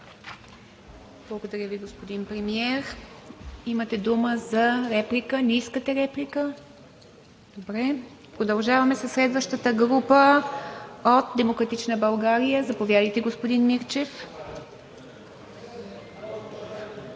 Благодаря Ви, господин Премиер. Имате дума за реплика. Не искате реплика. Продължаваме със следващата група – от „Демократична България“. Заповядайте, господин Мирчев.